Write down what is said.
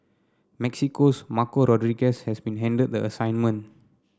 Mexico's Marco Rodriguez has been handed the assignment